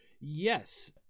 yes